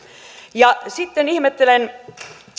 ja sitten ihmettelen